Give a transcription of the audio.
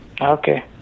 Okay